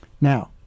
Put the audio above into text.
now